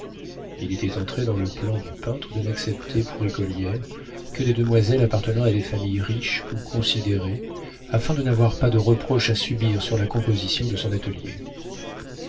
il était entré dans le plan du peintre de n'accepter pour écolières que des demoiselles appartenant à des familles riches ou considérées afin de n'avoir pas de reproches à subir sur la composition de son atelier